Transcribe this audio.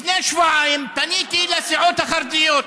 לפני שבועיים פניתי לסיעות החרדיות.